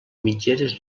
mitgeres